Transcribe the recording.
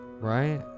Right